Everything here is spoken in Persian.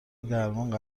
درمان